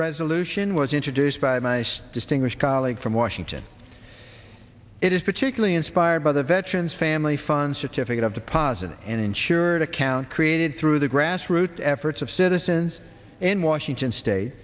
resolution was introduced by my stressed english colleague from washington it is particularly inspired by the veterans family fund certificate of deposit and insured account created through the grassroots efforts of citizens in washington state